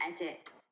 edit